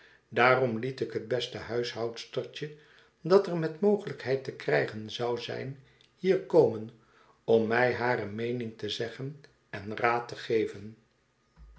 daarom liet ik het beste huishoudstertje dat er met mogelijkheid te krijgen zou zijn hier komen om mij hare meening te zeggen en raad te geven